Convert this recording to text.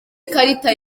ikarita